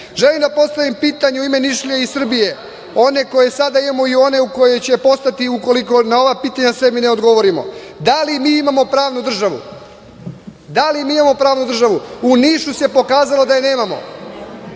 želim da postavim pitanje u ime Nišlija i Srbije, one koje sada imamo i one koje će postati, ukoliko na ova pitanja sebi ne odgovorimo, da li mi imamo pravnu državu?U Nišu se pokazalo da nemamo.